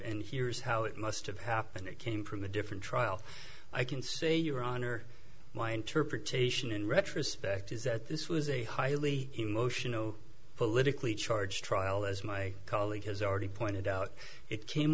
and here is how it must have happened it came from a different trial i can say your honor my interpretation in retrospect is that this was a highly emotional politically charged trial as my colleague has already pointed out it came